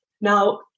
Now